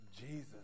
Jesus